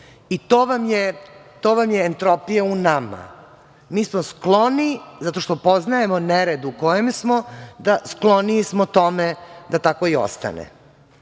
vam je entropija u nama. Mi smo skloni zato što poznajemo nered u kojem smo, skloniji smo tome da tako i ostane.